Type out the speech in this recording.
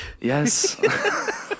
yes